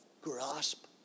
grasp